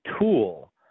tool